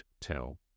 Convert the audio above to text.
tell